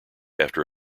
after